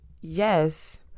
yes